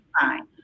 fine